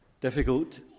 Difficult